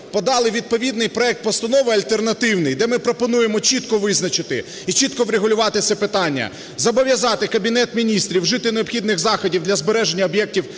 подали відповідний проект постанови альтернативний, де ми пропонуємо чітко визначити і чітко врегулювати це питання. Зобов'язати Кабінет Міністрів вжити необхідних заходів для збереження об'єктів